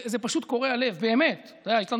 זה פשוט קורע הלב, באמת.